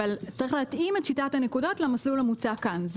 אבל צריך להתאים את שיטת הנקודות למסלול המוצע כאן.